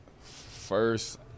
First